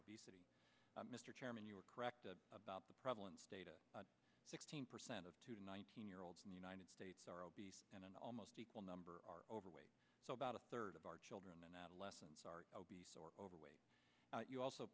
obesity mr chairman you are correct about the problems data sixteen percent of nineteen year olds in the united states are obese and an almost equal number are overweight so about a third of our children and adolescents are obese or overweight you also